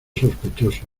sospechoso